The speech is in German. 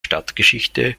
stadtgeschichte